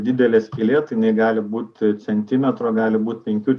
didelė skylė tai jinai gali būt centimetro gali būt penkių